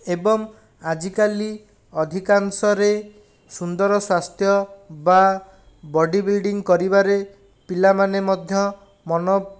ଏବଂ ଆଜିକାଲି ଅଧିକାଂଶରେ ସୁନ୍ଦର ସ୍ୱାସ୍ଥ୍ୟ ବା ବଡ଼ି ବିଲ୍ଡିଂ କରିବାରେ ପିଲାମାନେ ମଧ୍ୟ ମନ